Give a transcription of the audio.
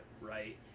Right